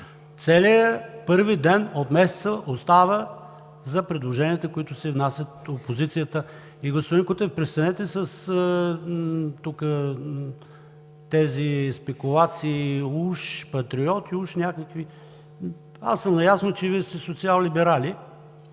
Целият първи ден от месеца остава за предложенията, които се внасят от опозицията. Господин Кутев, престанете с тези спекулации – уж патриоти, уж някакви… Аз съм наясно, че Вие сте социаллиберали.